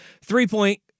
Three-point